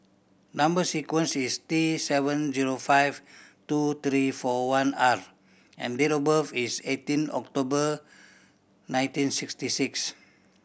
number sequence is T seven zero five two three four one R and date of birth is eighteen October nineteen sixty six